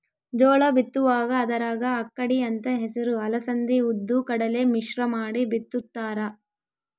ಜೋಳ ಬಿತ್ತುವಾಗ ಅದರಾಗ ಅಕ್ಕಡಿ ಅಂತ ಹೆಸರು ಅಲಸಂದಿ ಉದ್ದು ಕಡಲೆ ಮಿಶ್ರ ಮಾಡಿ ಬಿತ್ತುತ್ತಾರ